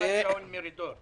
במיוחד שאול מרידור.